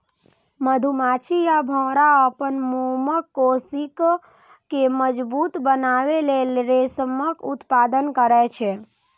मधुमाछी आ भौंरा अपन मोमक कोशिका कें मजबूत बनबै लेल रेशमक उत्पादन करै छै